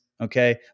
okay